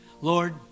Lord